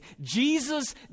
Jesus